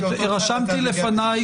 זאת אומרת האם יש מאגר,